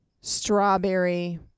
Strawberry